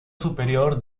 superior